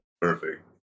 perfect